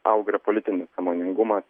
augo ir politinis sąmoningumas